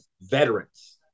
veterans